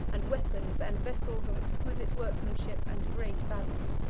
and weapons, and vessels of exquisite workmanship and great value,